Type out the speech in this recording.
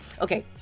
Okay